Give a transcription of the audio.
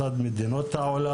מצד מדינות העולם.